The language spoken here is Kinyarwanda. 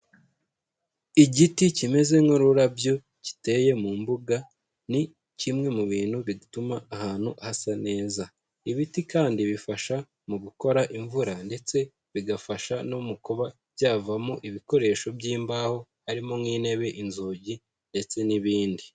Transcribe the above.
Igiti kimeze nk'ururabyo giteye mu mbuga ni kimwe mu bintu bituma ahantu hasa neza. Ibiti kandi bifasha mu gukora imvura ndetse bigafasha no mu kuba byavamo ibikoresho by'imbaho, harimo nk'intebe, inzugi ndetse n'ibindi.